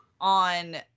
on